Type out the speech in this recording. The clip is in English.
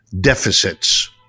deficits